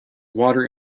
water